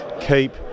keep